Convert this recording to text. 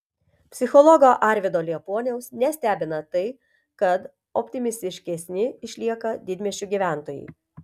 psichologo arvydo liepuoniaus nestebina tai kad optimistiškesni išlieka didmiesčių gyventojai